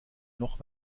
noch